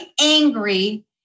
angry